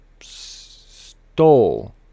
stole